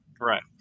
Right